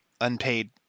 unpaid